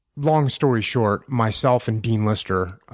long story short, myself and dean lister,